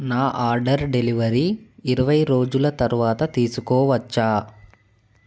నా order delivery ఇరవై రోజుల తరువాత తీసుకోవచ్చా